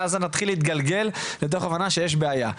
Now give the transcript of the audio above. אז זה מתחיל להתגלגל לתוך הבנה שיש בעיה.